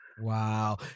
wow